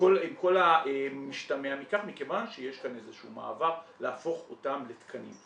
כל המשתמע מכך מכיוון שיש כאן איזשהו מעבר להפוך אותם לתקנים.